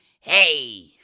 hey